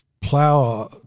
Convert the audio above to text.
plow